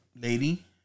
lady